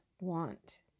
want